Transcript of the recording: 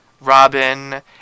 Robin